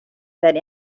that